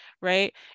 right